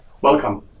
Welcome